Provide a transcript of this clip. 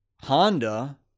Honda